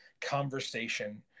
conversation